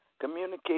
communicate